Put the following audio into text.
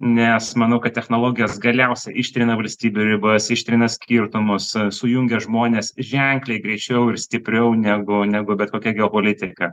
nes manau kad technologijos galiausiai ištrina valstybių ribas ištrina skirtumus sujungia žmones ženkliai greičiau ir stipriau negu negu bet kokia geopolitika